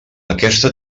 aquesta